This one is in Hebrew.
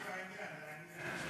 דבר לעניין, לעניין.